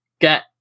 get